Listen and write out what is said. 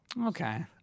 Okay